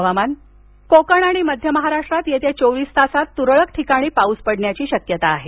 हवामान कोकण आणि मध्य महाराष्ट्रात येत्या चोवीस तासात तुरळक ठिकाणी पाऊस पडण्याची शक्यता आहे